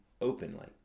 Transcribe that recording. openly